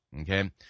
Okay